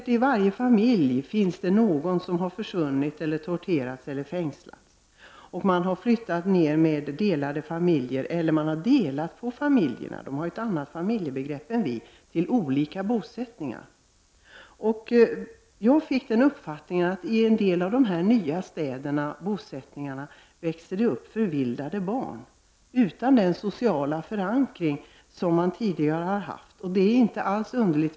I varje familj finns det säkert någon som har fängslats, torterats eller försvunnit. Man har flyttat ned med delade familjer eller också har man delat på familjerna — de har ett annat familjebegrepp än vi har — till olika bosättningar. Jag fick uppfattningen att det i en del av dessa nya bosättningar växer upp förvildade barn utan den sociala förankring som tidigare har funnits. Det är inte underligt.